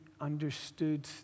understood